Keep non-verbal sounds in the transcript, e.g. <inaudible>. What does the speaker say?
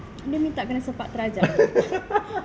<laughs>